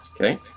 Okay